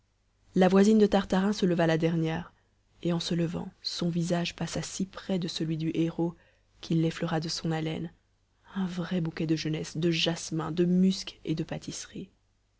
la voisine de tartarin se leva la dernière et en se levant son visage passa si près de celui du héros qu'il l'effleura de son haleine un vrai bouquet de jeunesse de jasmin de musc et de pâtisserie